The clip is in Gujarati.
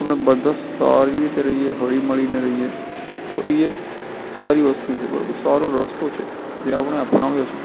આપણે બધા સારી રીતે રહીએ હળી મળીને રહીએ તો એ એક સારી વસ્તુ છે બરાબર સારો રસ્તો છે જે આપણે અપનાવ્યો છે